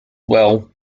well